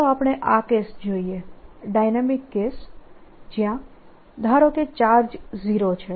ચાલો આપણે આ કેસ જોઈએ ડાયનેમીક કેસ જ્યાં ધારો કે ચાર્જ 0 છે